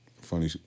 funny